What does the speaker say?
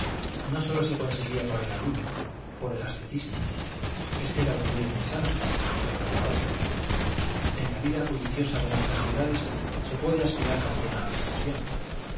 no sólo se conseguía por el ayuno por el ascetismo este era un medio muy santo pero había otros en la vida bulliciosa de nuestras ciudades se puede aspirar también a la perfección